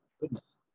goodness